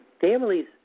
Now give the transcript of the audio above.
families